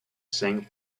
seng